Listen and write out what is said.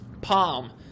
Palm